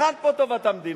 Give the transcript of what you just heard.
היכן פה טובת המדינה?